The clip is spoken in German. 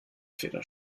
feder